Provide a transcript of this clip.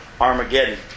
Armageddon